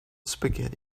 spaghetti